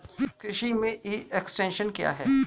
कृषि में e extension क्या है?